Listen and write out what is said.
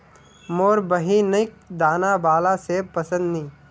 मोर बहिनिक दाना बाला सेब पसंद नी